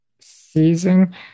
season